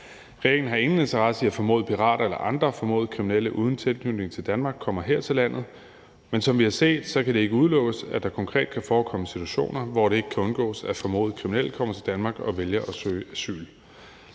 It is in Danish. Regeringen har ingen interesse i, at formodede pirater eller andre formodede kriminelle uden tilknytning til Danmark kommer her til landet, men som vi har set, kan det ikke udelukkes, at der konkret kan forekomme situationer, hvor det ikke kan undgås, at formodede kriminelle kommer til Danmark og vælger at søge asyl.